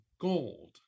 gold